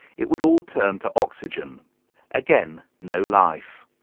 it would all turn to oxygen again no life.